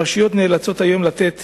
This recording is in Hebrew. הרשויות נאלצות היום לתת